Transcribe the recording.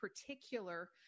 particular